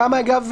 שוכנעה,